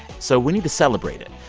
so we need to celebrate it.